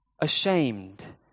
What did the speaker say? ashamed